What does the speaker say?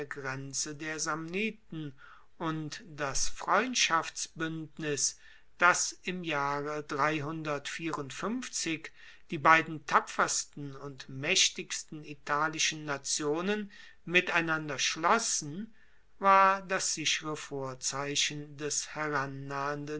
grenze der samniten und das freundschaftsbuendnis das im jahre die beiden tapfersten und maechtigsten italischen nationen miteinander schlossen war das sichere vorzeichen des herannahenden